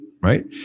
Right